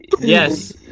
Yes